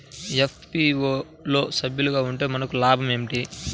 FPO లో సభ్యులుగా ఉంటే మనకు లాభం ఏమిటి?